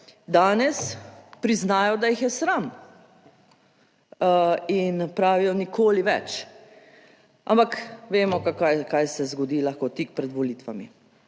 Danes priznajo, da jih je sram in pravijo, nikoli več. Ampak vemo kaj se zgodi lahko tik pred volitvami.